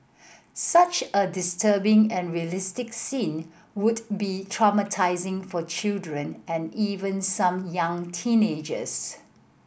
such a disturbing and realistic scene would be traumatising for children and even some young teenagers